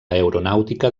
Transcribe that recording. aeronàutica